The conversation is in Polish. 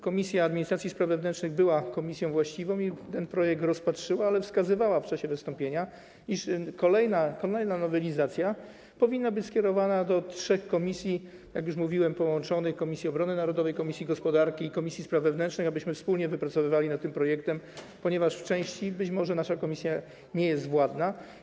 Komisja Administracji i Spraw Wewnętrznych była komisją właściwą i rozpatrzyła ten projekt, ale wskazywała w czasie wystąpienia, iż kolejna nowelizacja powinna być skierowana do trzech komisji, jak już mówiłem, połączonych Komisji Obrony Narodowej, komisji gospodarki i komisji spraw wewnętrznych, abyśmy wspólnie pracowali nad tym projektem, ponieważ w części być może nasza komisja nie jest władna.